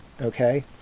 okay